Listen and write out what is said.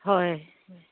হয়